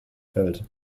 fällt